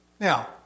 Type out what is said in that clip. Now